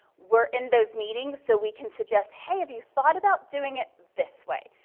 we're in those meetings so we can suggest, hey, have you thought about doing it this way?